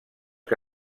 que